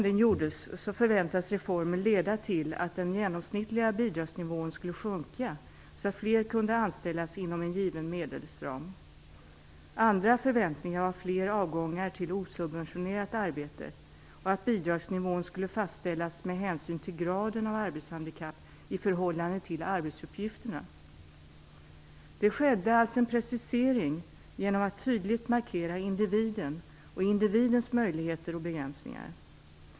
Reformen förväntades leda till att den genomsnittliga bidragsnivån skulle sjunka så att fler kunde anställas inom en given medelsram. Andra förväntningar var fler avgångar till osubventionerat arbete och att bidragsnivån skulle fastställas med hänsyn till graden av arbetshandikapp i förhållande till arbetsuppgifterna. Det skedde alltså en precisering, genom att man tydligt markerade individen och individens möjligheter och begränsningar.